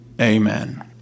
Amen